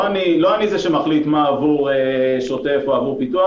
לא אני זה שמחליט מה עבור שוטף ומה עבור פיתוח.